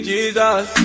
Jesus